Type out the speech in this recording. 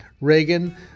Reagan